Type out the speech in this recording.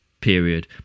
Period